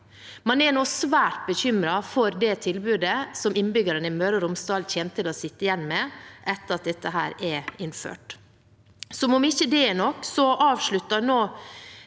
Man er nå svært bekymret for det tilbudet som innbyggerne i Møre og Romsdal kommer til å sitte igjen med etter at dette er innført. Som om ikke det er nok, avslutter nå